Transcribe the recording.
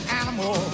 animal